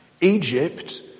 Egypt